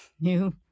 new